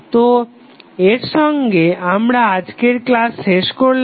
তো এর সঙ্গে আমরা আজকের ক্লাস শেষ করলাম